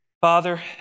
Father